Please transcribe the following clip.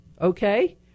okay